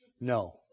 no